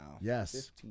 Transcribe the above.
yes